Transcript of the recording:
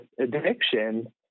addiction